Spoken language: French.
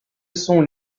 sont